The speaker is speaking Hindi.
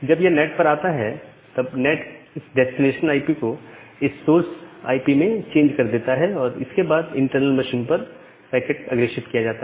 जब यह नैट पर आता है तब नैट इस डेस्टिनेशन आईपी को इस सोर्स आई पी में चेंज कर देता है और इसके बाद इंटरनल मशीन पर पैकेट अग्रेषित किया जाता है